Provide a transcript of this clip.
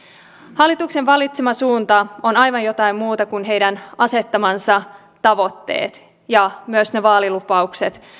hallituksen valitsema suunta on aivan jotain muuta kuin sen asettamat tavoitteet ja myös ne vaalilupaukset